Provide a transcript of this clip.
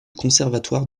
conservatoire